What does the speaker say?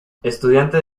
estudiante